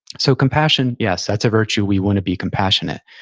so compassion, yes, that's a virtue, we want to be compassionate,